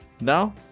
Now